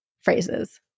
phrases